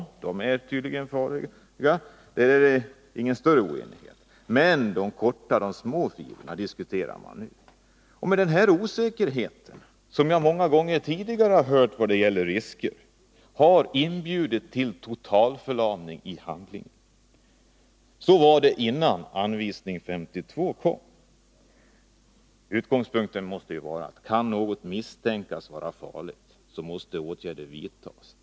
Och det råder tydligen ingen större oenighet om att de är farliga. Men de korta, de små fibrerna diskuterar man nu om. Den här osäkerheten, som jag många gånger tidigare konstaterat när det gäller risker, har inbjudit till totalförlamning av handlingsförmågan. Så var det innan anvisningarna kom 1952. Utgångspunkten måste vara: Kan något misstänkas vara farlig så skall åtgärder vidtas.